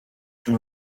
uwo